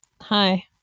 hi